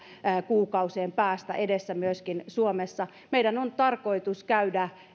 kuukausien päästä edessä myöskin meillä suomessa meidän on tarkoitus käydä